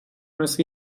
مثل